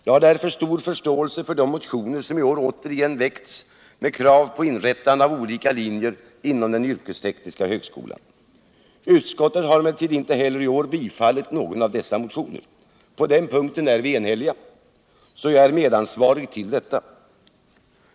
Jag har därför stor förståelse för de motioner som i år åter väckts med krav på inrättande av olika linjer inom den yrkestekniska högskotan. Utskottet har emellertid inte heller i år tillstyrkt någon av dessa och forskning motioner. På den punkten är vi eniga, så jag är medansvarig till detta.